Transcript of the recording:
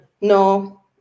no